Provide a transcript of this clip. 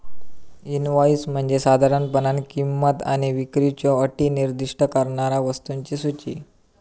invoice म्हणजे साधारणपणान किंमत आणि विक्रीच्यो अटी निर्दिष्ट करणारा वस्तूंची सूची